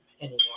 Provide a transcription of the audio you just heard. anymore